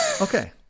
Okay